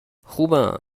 خوبم